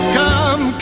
come